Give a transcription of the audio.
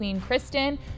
Kristen